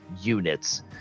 units